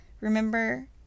Remember